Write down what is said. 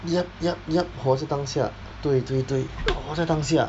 yup yup yup 活在当下对对对活在当下